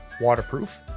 waterproof